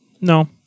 No